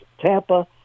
Tampa